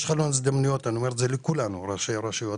אני אומר לכולנו שיש חלון הזדמנויות לראשי הרשויות,